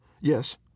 Yes